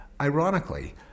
ironically